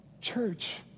Church